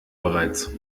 bereits